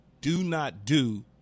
do-not-do